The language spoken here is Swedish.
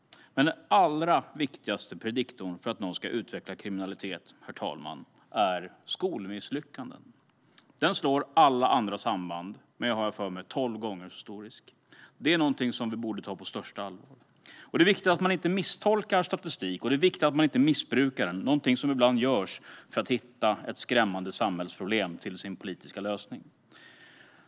Men den allra viktigaste prediktorn för att någon ska utveckla kriminalitet, herr talman, är skolmisslyckanden. De slår alla andra samband med - har jag för mig - tolv gånger så stor risk. Det är någonting som vi borde ta på största allvar. Det är viktigt att man inte misstolkar och missbrukar statistik, någonting som ibland görs för att hitta sin politiska lösning på ett skrämmande samhällsproblem.